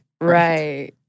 Right